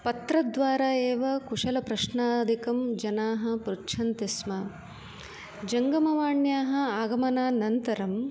पत्रद्वारा एव कुशलप्रश्नादिकं जनाः पृच्छन्ति स्म जङ्गमवाण्याः अगमनानन्तरं